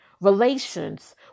Relations